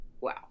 wow